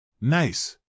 Nice